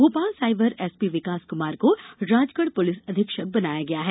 Bhopal cyber SP Vikas Kumar को Rajgarh police अधीक्षक बनाया गया है